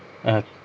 a'ah